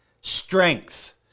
Strength